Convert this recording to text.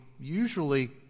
usually